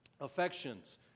affections